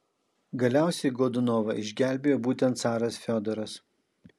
galiausiai godunovą išgelbėjo būtent caras fiodoras